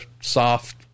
soft